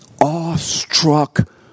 awestruck